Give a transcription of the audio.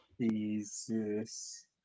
Jesus